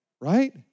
right